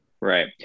right